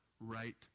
right